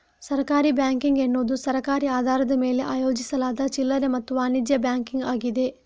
ಸಹಕಾರಿ ಬ್ಯಾಂಕಿಂಗ್ ಎನ್ನುವುದು ಸಹಕಾರಿ ಆಧಾರದ ಮೇಲೆ ಆಯೋಜಿಸಲಾದ ಚಿಲ್ಲರೆ ಮತ್ತು ವಾಣಿಜ್ಯ ಬ್ಯಾಂಕಿಂಗ್ ಆಗಿದೆ